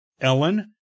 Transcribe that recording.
Ellen